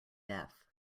death